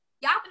Y'all